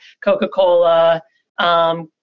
Coca-Cola